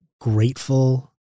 grateful